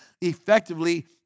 effectively